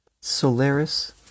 Solaris